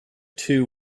two